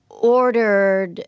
Ordered